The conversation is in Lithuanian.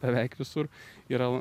beveik visur yra